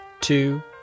two